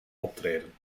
optreden